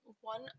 one